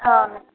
అవును